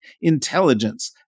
intelligence